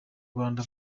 rwanda